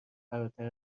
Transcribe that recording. فراتر